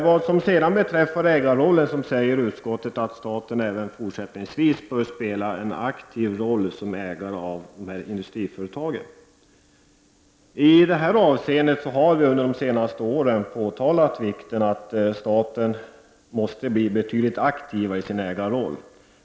Vad sedan beträffar ägarrollen skriver utskottet att staten även fortsättningsvis bör spela en aktiv roll som ägare av industriföretag. I det avseendet har vi under de senaste åren framhållit vikten av att staten blir betydligt aktivare i sin ägarroll.